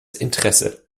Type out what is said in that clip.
interesse